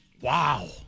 Wow